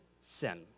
sin